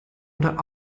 oder